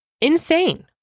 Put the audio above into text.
Insane